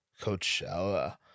coachella